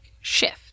shift